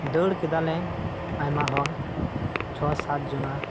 ᱫᱟᱹᱲ ᱠᱮᱫᱟᱞᱮ ᱟᱭᱢᱟ ᱦᱚᱲ ᱪᱷᱚ ᱥᱟᱛ ᱡᱚᱱᱟ